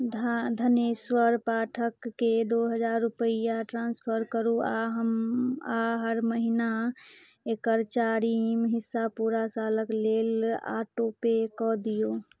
ध धनेश्वर पाठककेँ दुइ हजार रुपैआ ट्रान्सफर करू आओर हम आओर हर महिना एकर चारिम हिस्सा पूरा सालके लेल ऑटोपे कऽ दिऔ